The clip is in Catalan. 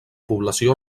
població